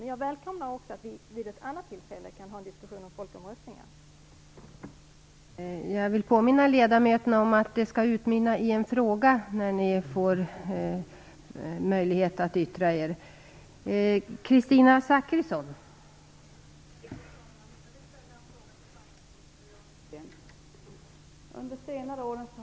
Men jag välkomnar också att vi kan ha en diskussion om folkomröstningar vid ett annat tillfälle.